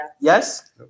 Yes